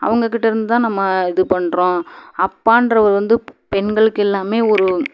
அவங்ககிட்டேருந்து தான் நம்ம இது பண்ணுறோம் அப்பான்றவர் வந்து பெண்களுக்கு எல்லாமே ஒரு